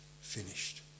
finished